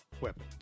weapons